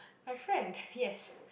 my friend yes